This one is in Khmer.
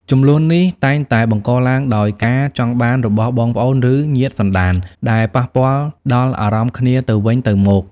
ជម្លោះនេះតែងតែបង្កឡើងដោយការចង់បានរបស់បងប្អូនឬញាតិសន្តានដែលប៉ះពាល់ដល់អារម្មណ៍គ្នាទៅវិញទៅមក។